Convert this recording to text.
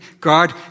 God